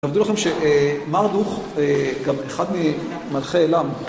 עבדו(?) לכם שמרדוך, גם אחד ממלכי עילם